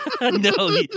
No